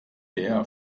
der